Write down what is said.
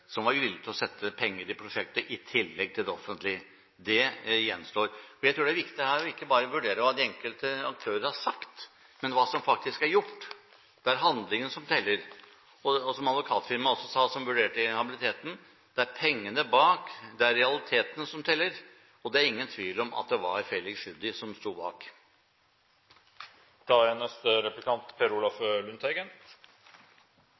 som var villig til å sette penger i prosjektet, i tillegg til det offentlige. Jeg tror det er viktig her ikke bare å vurdere hva de enkelte aktører har sagt, men hva som faktisk er gjort. Det er handlingen som teller, og som advokatfirmaet som vurderte inhabiliteten, også sa: Det er pengene bak, det er realiteten, som teller. Og det er ingen tvil om at det var Felix Tschudi som sto bak. Representanten Foss har flere ganger sagt at han er